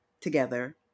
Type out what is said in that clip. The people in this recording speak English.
together